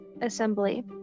assembly